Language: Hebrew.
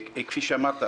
כפי שאמרת,